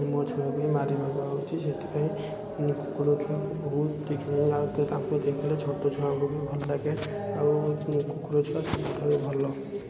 ମୋ ଛୁଆକୁ ଏ ମାରିବାକୁ ଆସୁଛି ସେଥିପାଇଁ ମୁଁ କୁକୁର ଛୁଆଙ୍କୁ ବହୁତ ଦେଖିଲେ ଲାଗୁଛି ତାକୁ ଦେଖିଲେ ଛୋଟ ଛୁଆଙ୍କୁ ବି ଭଲଲାଗେ ଆଉ କୁକୁର ଛୁଆ ଭାରି ଭଲ